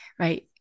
right